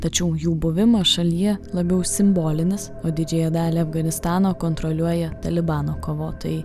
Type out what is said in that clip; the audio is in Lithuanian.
tačiau jų buvimas šalyje labiau simbolinis o didžiąją dalį afganistano kontroliuoja talibano kovotojai